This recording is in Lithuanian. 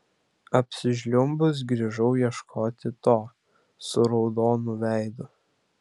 apsižliumbus grįžau ieškoti to su raudonu veidu